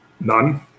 None